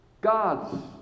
God's